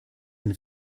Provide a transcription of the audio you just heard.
ein